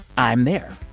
i'm there.